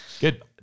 good